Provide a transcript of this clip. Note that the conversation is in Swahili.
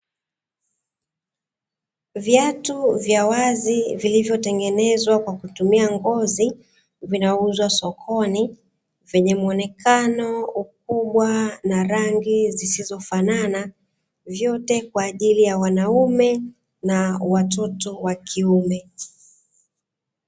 Viatu vya wazi vilivyotengenezwa kwa kutumia ngozi vinauzwa sokoni, vyenye muonekano, ukubwa na rangi zisizofanana vyote kwa ajili ya wanaume na watoto wa kiume.